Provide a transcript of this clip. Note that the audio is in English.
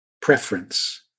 preference